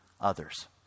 others